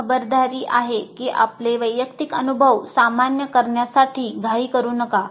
एक खबरदारी आहे की आपले वैयक्तिक अनुभव सामान्य करण्यासाठी घाई करू नका